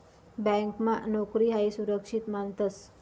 ब्यांकमा नोकरी हायी सुरक्षित मानतंस